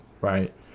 right